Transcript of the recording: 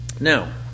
Now